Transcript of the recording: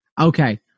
Okay